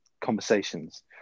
conversations